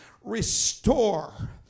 restore